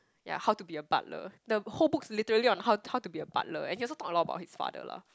ya how to be a butler the whole book literally on how how to be a butler and he also talk a lot about his father lah